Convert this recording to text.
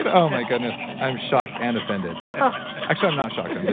ah oh my goodness, i'm shocked and offended actually, i'm not shocked. i'm yeah